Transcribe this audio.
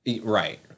Right